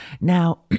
Now